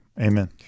amen